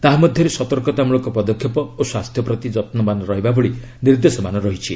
ତାହା ମଧ୍ୟରେ ସତର୍କତା ମୂଳକ ପଦକ୍ଷେପ ଓ ସ୍ୱାସ୍ଥ୍ୟ ପ୍ରତି ଯତ୍ନବାନ ରହିବା ଭଳି ନିର୍ଦ୍ଦେଶମାନ ରହିଛି